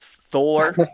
Thor